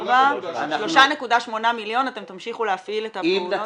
כלומר, 3.8 מיליון אתם תמשיכו להפעיל את הפעולות.